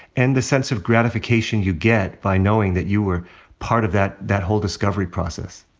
and the sense of gratification you get by knowing that you were part of that that whole discovery process.